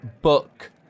book